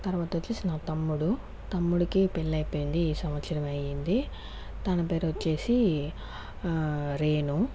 తర్వాత వచ్చేసి నా తమ్ముడు తమ్ముడికి పెళ్లి అయిపోయింది ఈ సంవత్సరమే అయ్యింది తన పేరొచ్చేసి రేణు